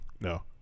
no